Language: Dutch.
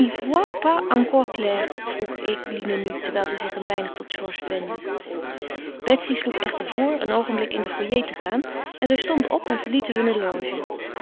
clair vroeg eline nu terwijl zij zich een weinig tot georges wendde betsy sloeg echter voor een oogenblik in den foyer te gaan en zij stonden op en verlieten hunne loge